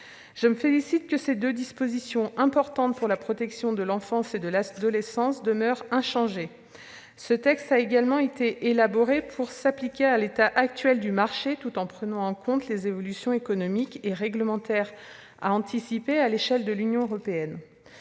Je me félicite que ces deux dispositions importantes pour la protection de l'enfance et de l'adolescence demeurent inchangées. Ce texte a également été élaboré pour s'appliquer à l'état actuel du marché tout en prenant en compte les évolutions économiques et réglementaires qui doivent être anticipées à l'échelle de l'Union européenne.